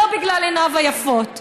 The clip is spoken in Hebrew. לא בגלל עיניו היפות,